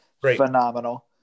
Phenomenal